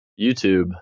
YouTube